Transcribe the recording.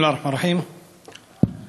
בסם אללה א-רחמאן א-רחים.